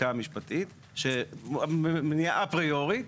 הבדיקה המשפטית, מניעה פריורית,